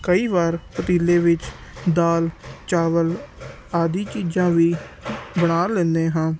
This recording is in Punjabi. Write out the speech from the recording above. ਕਈ ਵਾਰ ਪਤੀਲੇ ਵਿੱਚ ਦਾਲ ਚਾਵਲ ਆਦਿ ਚੀਜ਼ਾਂ ਵੀ ਬਣਾ ਲੈਂਦੇ ਹਾਂ